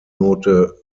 note